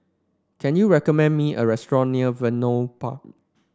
can you recommend me a restaurant near Vernon Park